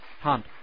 Hunt